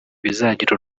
bizagira